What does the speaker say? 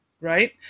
right